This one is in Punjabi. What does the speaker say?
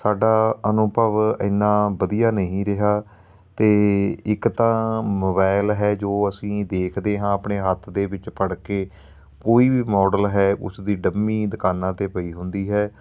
ਸਾਡਾ ਅਨੁਭਵ ਇੰਨਾ ਵਧੀਆ ਨਹੀਂ ਰਿਹਾ ਅਤੇ ਇੱਕ ਤਾਂ ਮੋਬਾਇਲ ਹੈ ਜੋ ਅਸੀਂ ਦੇਖਦੇ ਹਾਂ ਆਪਣੇ ਹੱਥ ਦੇ ਵਿੱਚ ਫੜ ਕੇ ਕੋਈ ਵੀ ਮਾਡਲ ਹੈ ਉਸ ਦੀ ਡੰਮੀ ਦੁਕਾਨਾਂ 'ਤੇ ਪਈ ਹੁੰਦੀ ਹੈ